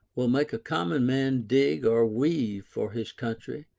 will make a common man dig or weave for his country,